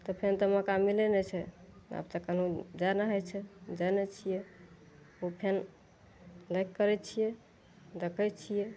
तऽ फेन तऽ मौका मिलय नहि छै तखन जाय नहि होइ छै जाइ नहि छियै तऽ फेन लाइक करय छियै देखय छियै